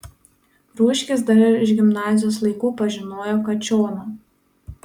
rūškys dar iš gimnazijos laikų pažinojo kačioną